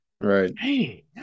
Right